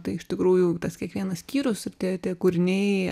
tai iš tikrųjų tas kiekvienas skyrius ir tie tie kūriniai